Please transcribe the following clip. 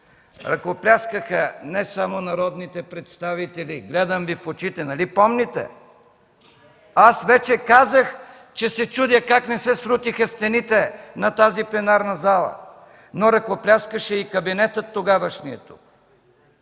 Ръкопляскаха не само народните представители – гледам Ви в очите, нали помните, аз вече казах, че се чудя как не се срутиха стените на тази пленарна зала, но ръкопляскаше и тогавашният